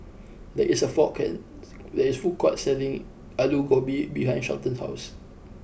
there is a food court there is food court selling Aloo Gobi behind Shelton's house